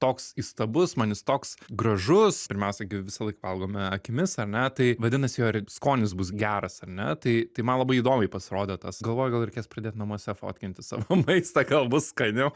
toks įstabus man jis toks gražus pirmiausia gi visąlaik valgome akimis ar ne tai vadinasi jo ir skonis bus geras ar ne tai tai man labai įdomiai pasirodė tas galvoju gal reikės pridėt namuose fotkinti savo maistą gal bus skaniau